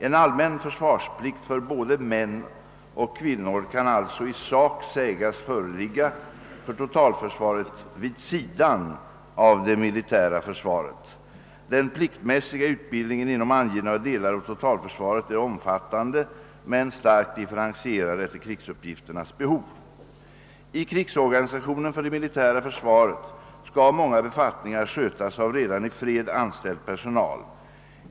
En allmän försvarsplikt för både män och kvinnor kan alltså i sak sägas föreligga för totalförsvaret vid sidan av det militära försvaret. Den pliktmässiga utbildningen inom angivna delar av totalförsvaret är omfattande men starkt differentierad efter krigsuppgifternas behov. I krigsorganisationen för det militära försvaret skall många befattningar skötas av redan i fred anställd personal.